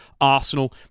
Arsenal